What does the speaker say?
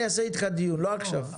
אני אעשה אתך דיון אבל לא עכשיו.